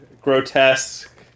grotesque